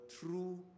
true